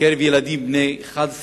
מקרב הילדים בני 11